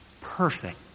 perfect